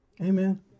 Amen